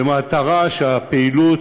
כדי שהפעילות